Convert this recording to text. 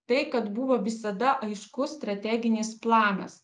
tai kad buvo visada aiškus strateginis planas